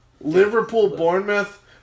Liverpool-Bournemouth